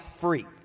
free